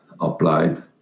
applied